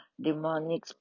demonic